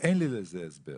אין לי הסבר לזה".